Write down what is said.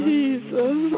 Jesus